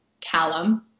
Callum